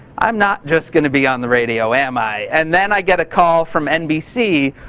i'm not just gonna be on the radio, am i? and then i get a call from nbc,